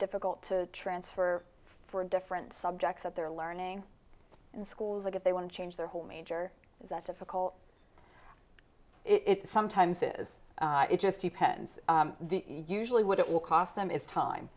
difficult to transfer for a different subjects that they're learning in school that if they want to change their whole major is that difficult it sometimes is it just depends usually what it will cost them is time